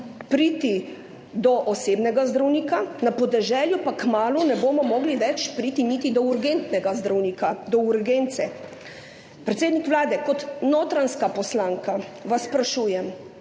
priti do osebnega zdravnika, na podeželju pa kmalu ne bomo mogli več priti niti do urgentnega zdravnika, do urgence. Predsednik Vlade, kot notranjska poslanka vas sprašujem: